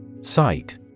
Sight